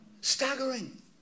Staggering